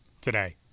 today